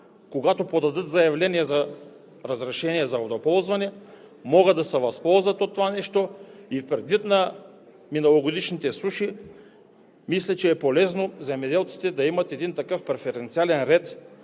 когато подадат заявления за разрешение за водоползване, могат да се възползват от това. И предвид миналогодишните суши, мисля, че е полезно земеделците да имат такъв преференциален ред,